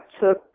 took